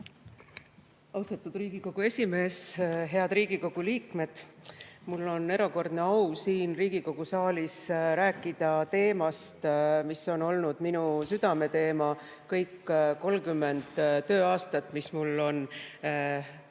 Austatud Riigikogu esimees! Head Riigikogu liikmed! Mul on erakordne au siin Riigikogu saalis rääkida teemast, mis on olnud minu südameteema kõik 30 tööaastat, mis mul on võimalus